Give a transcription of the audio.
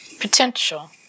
potential